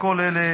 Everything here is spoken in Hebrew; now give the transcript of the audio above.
בכל אלה